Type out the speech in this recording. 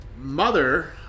mother